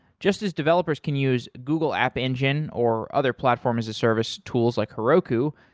just as developers can use google app engine or other platform as a service tools, like heroku,